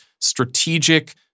strategic